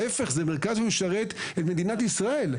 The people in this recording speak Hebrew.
ההפך: זה מרכז שמשרת את מדינת ישראל.